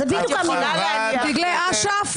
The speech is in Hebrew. דגלי אש"ף.